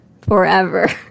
forever